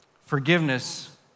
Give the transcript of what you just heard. forgiveness